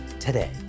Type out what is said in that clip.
Today